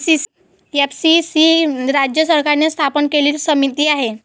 APMC ही राज्य सरकारने स्थापन केलेली समिती आहे